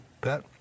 Pat